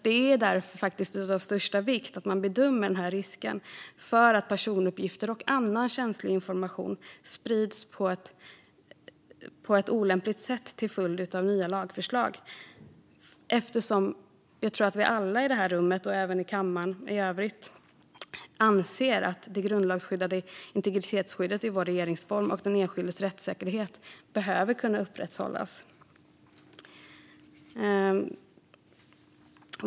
Det är därför av största vikt att man bedömer risken för att personuppgifter och annan känslig information sprids på ett olämpligt sätt till följd av nya lagförslag, eftersom jag tror att vi alla i det här rummet, och även kammaren i övrigt, anser att det grundlagsskyddade integritetsskyddet i vår regeringsform och den enskildes rättssäkerhet behöver kunna upprätthållas.